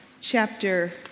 chapter